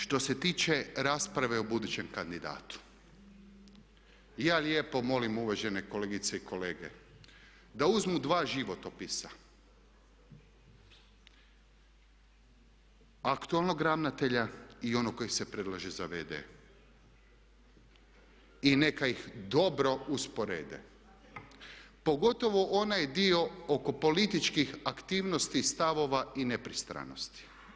Što se tiče rasprave o budućem kandidatu ja lijepo molim uvažene kolegice i kolege, da uzmu dva životopisa aktualnog ravnatelja i onog koji se predlaže za v.d. i neka ih dobro usporede, pogotovo onaj dio oko političkih aktivnosti i stavova i nepristranosti.